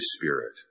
Spirit